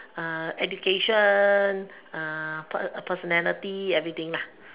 uh education uh personality everything lah